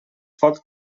foc